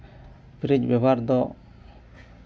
ᱥᱮ ᱯᱷᱤᱨᱤᱡ ᱵᱮᱵᱚᱦᱟᱨ ᱫᱚ